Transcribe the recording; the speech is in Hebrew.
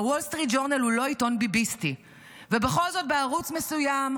הוול סטריט ג'ורנל הוא לא עיתון ביביסטי ובכל זאת בערוץ מסוים,